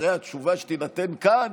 אחרי התשובה שתינתן כאן,